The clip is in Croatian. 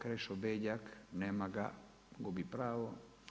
Krešo Beljak, nema ga, gubi pravo.